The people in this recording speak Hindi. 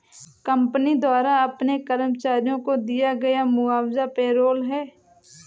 कंपनी द्वारा अपने कर्मचारियों को दिया गया मुआवजा पेरोल है